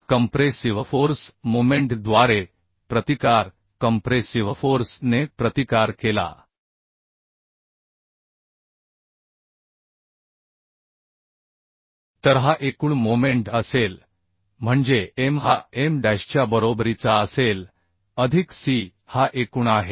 compressive force moment द्वारे प्रतिकार compressive force ने प्रतिकार केला तर हा एकूण मोमेंट असेल म्हणजे M हा M डॅशच्या बरोबरीचा असेल अधिक C हा एकूण आहे